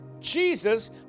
Jesus